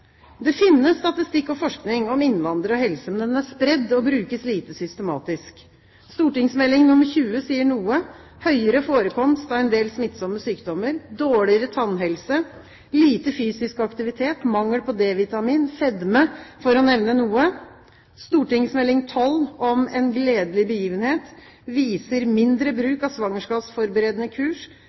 Det finnes statistikk og forskning om innvandrere og helse, men den er spredt og brukes lite systematisk. St.meld. nr. 20 for 2006–2007 sier noe: Det er høyere forekomst av en del smittsomme sykdommer, dårligere tannhelse, lite fysisk aktivitet, mangel på D-vitamin, fedme – for å nevne noe. St.meld. nr 12 for 2008–2009, En gledelig begivenhet, viser mindre bruk av svangerskapsforberedende kurs,